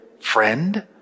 friend